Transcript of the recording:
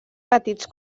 petits